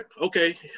Okay